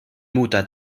mutter